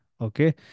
Okay